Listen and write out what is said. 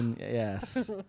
Yes